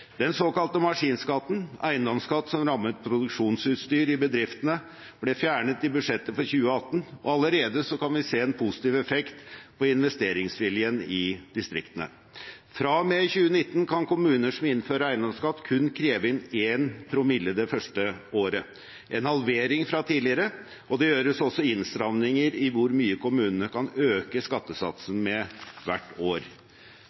Den såkalte maskinskatten, en eiendomsskatt som rammet produksjonsutstyr i bedriftene, ble fjernet i budsjettet for 2018, og allerede kan vi se en positiv effekt på investeringsviljen i distriktene. Fra og med 2019 kan kommuner som innfører eiendomsskatt, kun kreve inn én promille det første året – en halvering fra tidligere – og det gjøres også innstramninger i hvor mye kommunene kan øke skattesatsen med hvert år.